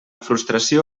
frustració